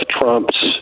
Trump's